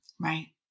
Right